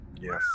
Yes